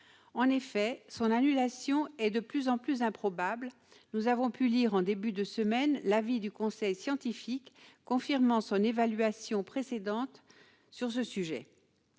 de cette élection est de plus en plus improbable ; nous avons pu lire, en début de semaine, l'avis du conseil scientifique confirmant son évaluation précédente sur ce sujet.